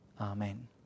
Amen